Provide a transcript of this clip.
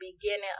beginning